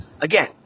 Again